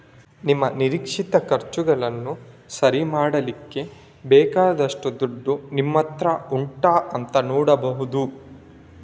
ನಿಮ್ಮ ನಿರೀಕ್ಷಿತ ಖರ್ಚುಗಳನ್ನ ಸರಿ ಮಾಡ್ಲಿಕ್ಕೆ ಬೇಕಾದಷ್ಟು ದುಡ್ಡು ನಿಮ್ಮತ್ರ ಉಂಟಾ ಅಂತ ನೋಡ್ಬಹುದು